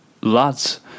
Lads